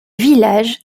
village